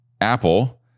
Apple